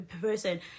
person